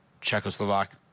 Czechoslovak